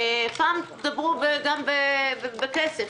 פעם תדברו גם בכסף,